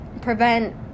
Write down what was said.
prevent